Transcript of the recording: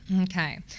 Okay